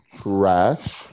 Trash